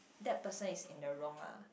that person is in the wrong ah